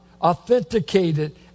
authenticated